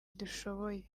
dushoboye